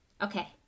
Okay